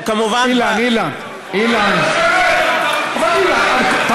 אני לא מבין את ההיגיון, אילן, אילן, אילן.